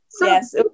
Yes